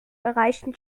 erreichen